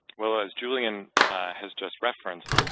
well as julian has just referenced,